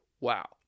wow